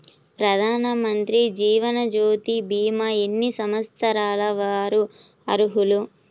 ప్రధానమంత్రి జీవనజ్యోతి భీమా ఎన్ని సంవత్సరాల వారు అర్హులు?